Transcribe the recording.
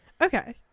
Okay